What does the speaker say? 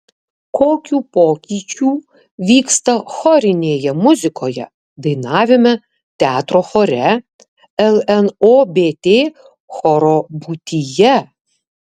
kokių pokyčių vyksta chorinėje muzikoje dainavime teatro chore lnobt choro būtyje